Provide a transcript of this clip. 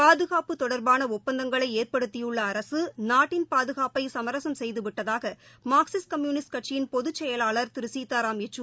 பாதுகாப்பு தொடர்பான ஒப்பந்தங்களை ஏற்படுத்தியுள்ள அரசு நாட்டின் பாதுகாப்பை சமரசம் செய்து விட்டதாக மார்க்சிஸ்ட் கம்யூனிஸ்ட் கட்சியின் பொதுச் செயலாளர் திரு சீத்தாராம் பெச்சூரி கூறியிருக்கிறார்